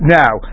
now